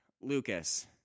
Lucas